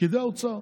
פקידי האוצר.